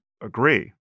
agree